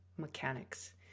mechanics